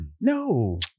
No